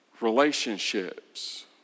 relationships